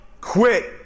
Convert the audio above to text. quit